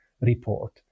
report